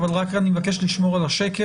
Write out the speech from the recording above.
אבל רק אני מבקש לשמור על השקט.